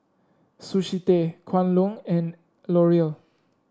Sushi Tei Kwan Loong and L'Oreal